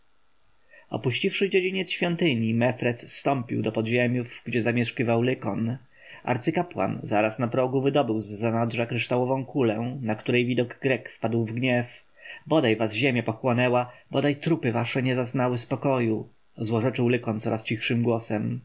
opuściwszy dziedziniec świątyni mefres zstąpił do podziemiów gdzie zamieszkiwał lykon arcykapłan zaraz na progu wydobył z zanadrza kryształową kulę na której widok grek wpadł w gniew bodaj was ziemia pochłonęła bodaj trupy wasze nie zaznały spokoju złorzeczył lykon coraz cichszym głosem